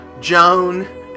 Joan